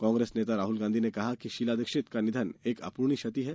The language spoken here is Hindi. कांग्रेस नेता राहुल गांधी ने कहा है कि शीला दीक्षित का निधन एक अपूर्णनीय क्षति है